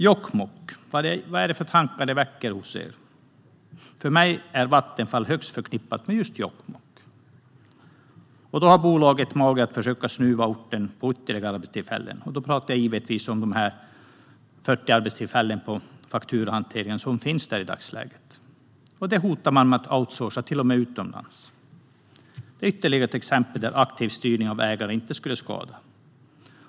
Jokkmokk - vad väcker det för tankar hos er? För mig är Vattenfall högst förknippat med just Jokkmokk. Bolaget har mage att försöka snuva orten på ytterligare arbetstillfällen. Jag talar givetvis om de 40 arbetstillfällen på fakturahanteringen som finns där i dagsläget. Man hotar med outsourcing, till och med utomlands. Det är ytterligare ett exempel där aktiv styrning av ägaren inte skulle skada.